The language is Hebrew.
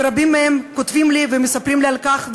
ורבים מהם כותבים לי ומספרים לי על כך,